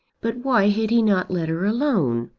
but why had he not let her alone?